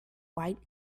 white